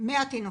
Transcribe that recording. - 100 תינוקות,